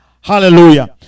Hallelujah